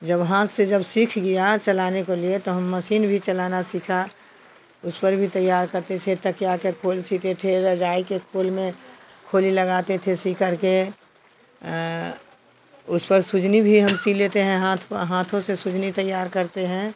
जब हाथ से जब सीख लिया चलाने को लिए तो हम मसीन भी चलाना सीखा उस पर भी तैयार करते जैसे तकिया के खोल सीते थे रजाई के खोल में खोली लगाते थे सी कर के उस पर सुजनी भी हम सी लेते हैं हाथ हाथों से सुजनी तैयार करते हैं